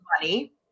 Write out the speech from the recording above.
money